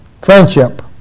friendship